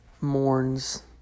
mourns